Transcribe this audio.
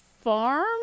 farm